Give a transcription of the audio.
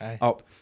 up